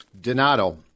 Donato